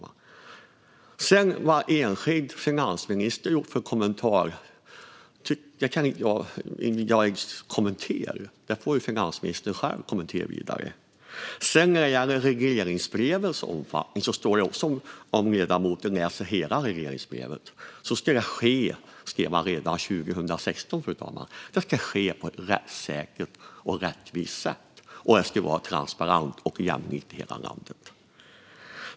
Vad sedan en enskild finansminister gjort för kommentar får finansministern själv kommentera vidare. När det gäller regleringsbrevets omfattning står det också, om ledamoten läser hela regleringsbrevet, det som man skrev redan 2016. Det ska ske på ett rättssäkert och rättvist sätt, och det ska vara transparent och jämlikt i hela landet.